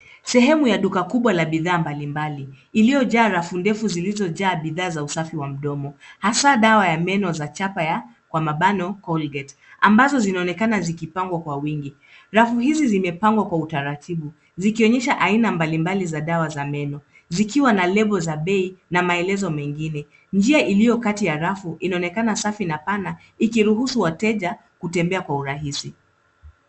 Sehemu ya duka kubwa lenye bidhaa mbalimbali lina rafu ndefu zilizopangwa kwa usafi. Hasa sehemu ya dawa za meno, zikiwa zimepangwa kwa mabano makubwa. Bidhaa hizi zimepangwa kwa mpangilio mzuri, zikionyesha aina mbalimbali za dawa za meno, na kila moja ikiwa na lebo za bei na maelezo mengine. Njia iliyo katikati ya rafu inaonekana safi na pana, ikiruhusu wateja kutembea kwa urahisi